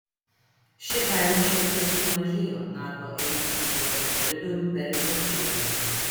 ši kaina šiek tiek sumažėjo nato ėmus naudoti koridorių per rusiją